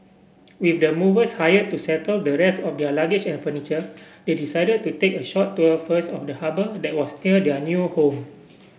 with the movers hired to settle the rest of their luggage and furniture they decided to take a short tour first of the harbour that was near their new home